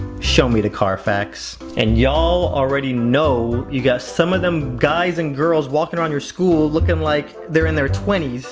show me the carfax. and y'all already know you got some of them guys and girls walking around the school, looking like they're in their twenty s.